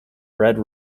red